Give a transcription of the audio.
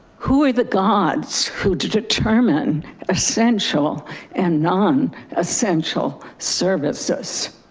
who are the gods who determine essential and non essential services.